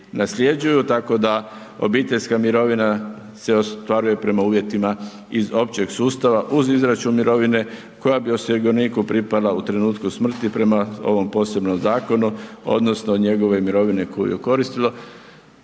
nasljeđuju, tako da obiteljska mirovina se ostvaruje prema uvjetima iz općeg sustava uz izračun mirovine koja bi osiguraniku pripala u trenutku smrti prema ovom posebnom zakonu odnosno njegove mirovine koju je koristilo.